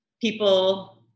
people